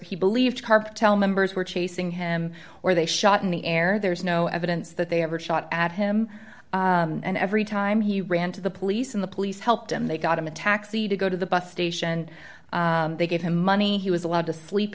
he believed cartel members were chasing him or they shot in the air there's no evidence that they ever shot at him and every time he ran to the police and the police helped him they got him a taxi to go to the bus station they gave him money he was allowed to sleep